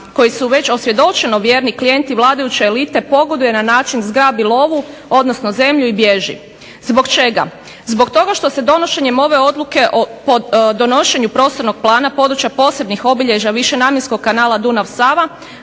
koji su već osvjedočeni klijenti vladajuće elite, pogoduje na način zgrabi lovu odnosno zemlju i bježi. Zbog čega? Zbog toga što se donošenjem ove odluke po donošenju prostornog plana područja posebnih obilježja višenamjenskog Kanala Dunav-Sava